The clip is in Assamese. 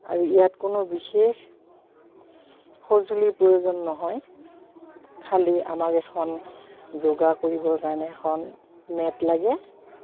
আৰু ইয়াত কোনো বিশেষ সঁজুলিৰ প্ৰয়োজন নহয় খালী আমাক এখন যোগা কৰিবৰ কাৰণে এখন মেট লাগে